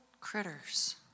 critters